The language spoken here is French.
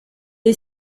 est